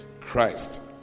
Christ